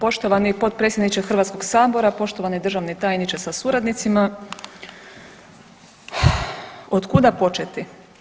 Poštovani potpredsjedniče Hrvatskog sabora, poštovani državni tajniče sa suradnicima, od kuda početi.